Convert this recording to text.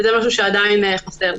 זה משהו שעדיין חסר.